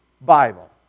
Bible